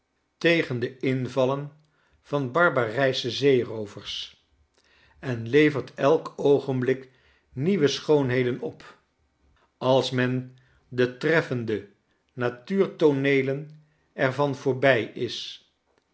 tegen de invallen van barbarijsche zeeroovers en levert elk oogenblik nieuwe schoonheden op als men de treffende natuurtooneelen er van voorbij is